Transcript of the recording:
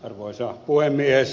arvoisa puhemies